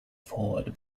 forward